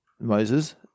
Moses